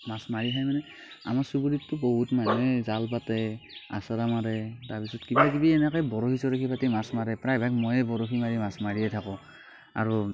মাছ মাৰি খায় মানে আমাৰ চুবুৰীততো বহুত মানুহে জাল পাতে আচাৰা মাৰে তাৰপাছত কিবা কিবি হেনেকে বৰশী চৰশী পাতি মাছ মাৰে প্ৰায়ভাগ ময়ে বৰশী মাৰি মাছ মাৰিয়ে থাকোঁ আৰু